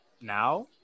now